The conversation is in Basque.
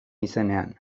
izenean